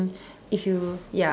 if you ya